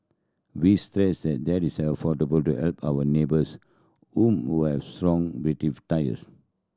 we stress and that is an effort to help our neighbours whom we have strong tires